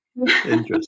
Interesting